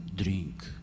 drink